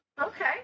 Okay